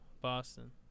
Boston